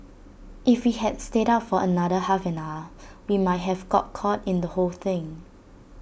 if we had stayed out for another half an hour we might have got caught in the whole thing